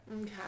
Okay